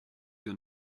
your